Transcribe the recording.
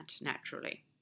naturally